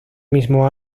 mismo